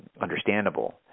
understandable